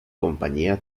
compañía